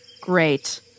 Great